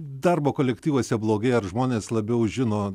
darbo kolektyvuose blogėja ar žmonės labiau žino